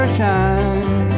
shine